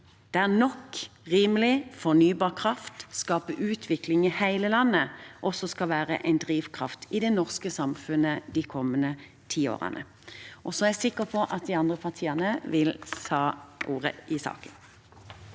der nok rimelig fornybar kraft skaper utvikling i hele landet, også skal være en drivkraft i det norske samfunnet de kommende tiårene. Jeg er sikker på at de andre partiene vil ta ordet i saken.